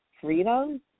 freedom